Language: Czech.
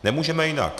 Nemůžeme jinak.